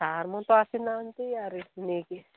sir ମାନେ ତ ଆସିନାହାନ୍ତି ଆରୁ ସେ ନେଇକି